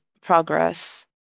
progress